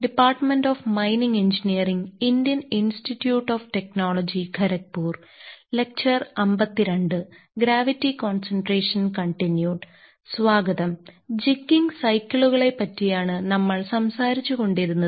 jigging സൈക്കിളുകളെപ്പറ്റിയാണ് നമ്മൾ സംസാരിച്ചു കൊണ്ടിരുന്നത്